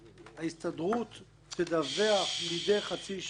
"ההסתדרות תדווח, מדי חצי שנה,